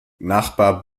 nachbar